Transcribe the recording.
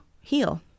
heal